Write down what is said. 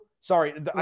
Sorry